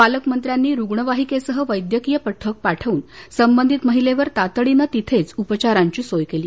पालकमंत्र्यांनी रुग्णवाहिकेसह वद्यक्रीय पथक पाठवून संबंधित महिलेवर तातडीनं तिथेच उपचाराची सोय केली